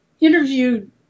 interviewed